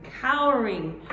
cowering